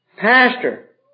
pastor